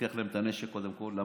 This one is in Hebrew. לוקח להם את הנשק, קודם כול, כי